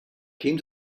came